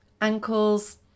Ankles